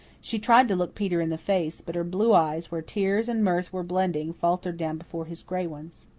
she tried to look peter in the face, but her blue eyes, where tears and mirth were blending, faltered down before his gray ones.